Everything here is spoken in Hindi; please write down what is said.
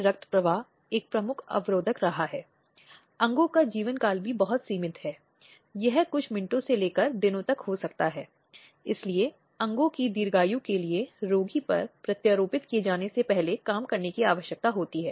एक निवास आदेश जो उन मामलों में अदालत द्वारा पारित किया जा सकता है जहां महिलाओं को घर से बाहर निकालने की आशंका होती हैं